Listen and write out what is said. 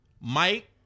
Mike